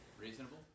Reasonable